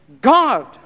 God